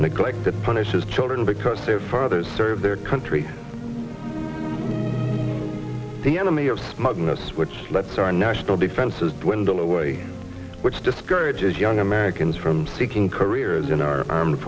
neglect that punishes children because their fathers served their country the enemy of smugness which lets our national defense is dwindle away which discourages young americans from seeking careers in our armed